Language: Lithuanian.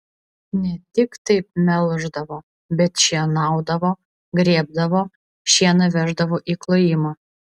ne tik taip melždavo bet šienaudavo grėbdavo šieną veždavo į klojimą